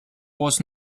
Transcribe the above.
was